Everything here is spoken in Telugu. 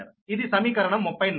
ఇది సమీకరణం 34